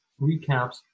recaps